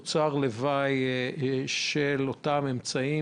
פגיעות שהן תוצר לוואי של אותם אמצעים